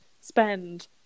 spend